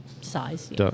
size